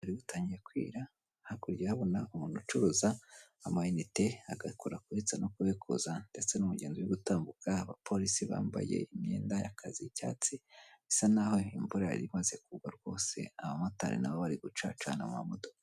Bwari butangiye kwira, hakurya urahabona:umuntu ucuruza amayinite agakora kubitsa no kubikuza, ndetse n'umugenzi uri gutambuka, abapolisi bambaye imyenda y'akazi y'icyatsi; bisa n'aho imvura yari imaze kugwa rwose, abamotari nabo bari gucacana mu mamodoka.